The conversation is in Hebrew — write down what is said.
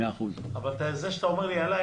אבל זה שאתה אומר לי: עלה,